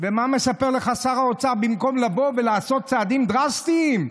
ומה מספר לך שר האוצר במקום לבוא ולעשות צעדים דרסטיים?